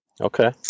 okay